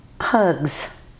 Hugs